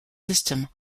system